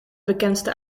bekendste